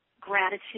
gratitude